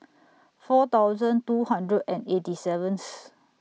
four thousand two hundred and eighty seventh